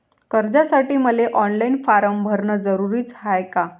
कर्जासाठी मले online form भरन जरुरीच हाय का?